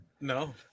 No